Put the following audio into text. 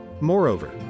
Moreover